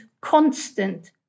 constant